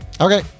okay